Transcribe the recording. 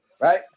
right